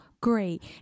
great